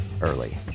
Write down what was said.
early